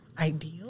Ideal